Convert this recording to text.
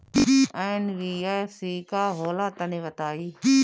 NBFC का होला तनि बताई?